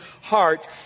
heart